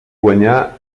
guanyar